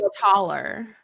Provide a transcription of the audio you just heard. taller